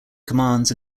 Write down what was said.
commands